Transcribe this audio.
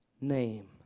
name